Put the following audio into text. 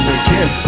again